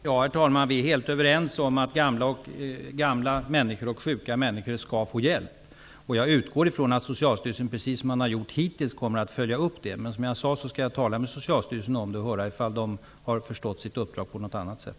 Herr talman! Vi är helt överens om att gamla och sjuka människor skall få hjälp. Jag utgår från att Socialstyrelsen, som man hittills gjort, kommer att följa upp detta. Jag skall, som jag sagt, tala med Socialstyrelsen om detta och höra om den har förstått sitt uppdrag på något annat sätt.